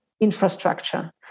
infrastructure